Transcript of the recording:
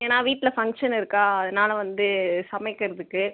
ஏனால் வீட்டில் ஃபங்க்ஷன் இருக்கா அதனால் வந்து சமைக்கிறதுக்கு